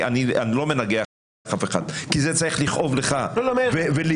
אני לא מנגח אף אחד, זה צריך לכאוב לך ולי.